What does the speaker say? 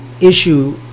issue